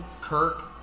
Kirk